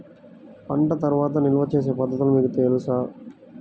పంట తర్వాత నిల్వ చేసే పద్ధతులు మీకు తెలుసా?